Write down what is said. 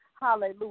Hallelujah